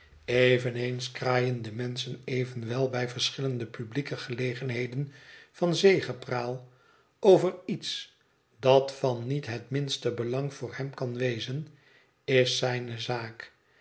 eveneens kraaien de menschen evenwel bij verschillende publieke gelegenheden van zegepraal over iets dat van niet het minste belang voor hem kan wezen is zijne zaak